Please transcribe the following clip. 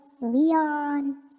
Leon